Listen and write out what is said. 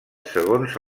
segons